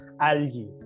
algae